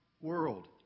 world